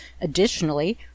Additionally